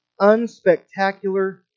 unspectacular